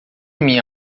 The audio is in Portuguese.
minha